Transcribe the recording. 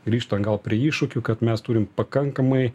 grįžtu atgal prie iššūkių kad mes turim pakankamai